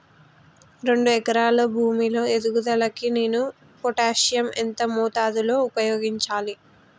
రెండు ఎకరాల భూమి లో ఎదుగుదలకి నేను పొటాషియం ఎంత మోతాదు లో ఉపయోగించాలి?